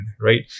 right